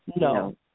no